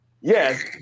Yes